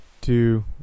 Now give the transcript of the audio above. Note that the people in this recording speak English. two